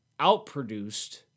outproduced